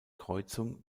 kreuzung